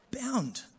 Bound